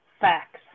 Facts